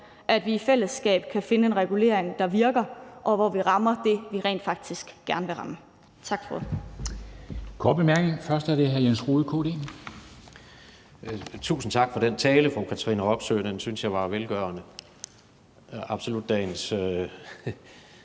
at vi i fællesskab kan finde en regulering, der virker, og hvor vi rammer det, vi rent faktisk gerne vil ramme. Tak for ordet.